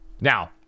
now